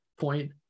point